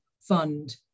fund